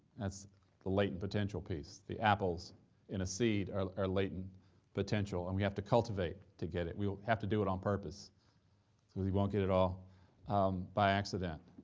that's the latent potential piece. the apples in a seed are are latent potential and we have to cultivate to get it we will have to do it on purpose cause we won't get it all by accident.